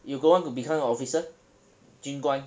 you don't want to become a officer 军官